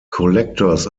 collectors